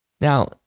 Now